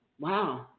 Wow